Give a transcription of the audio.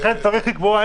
לכן צריך לקבוע.